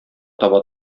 таба